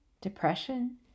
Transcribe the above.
depression